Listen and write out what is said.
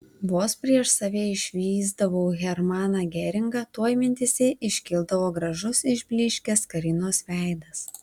vos prieš save išvysdavau hermaną geringą tuoj mintyse iškildavo gražus išblyškęs karinos veidas